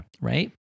Right